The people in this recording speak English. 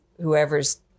whoever's